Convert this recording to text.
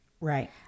Right